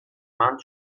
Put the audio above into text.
مند